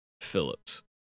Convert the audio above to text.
Phillips